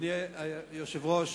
אדוני היושב-ראש,